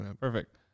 Perfect